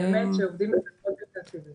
באמת שעובדים על זה מאוד אינטנסיבי.